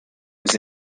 was